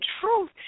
truth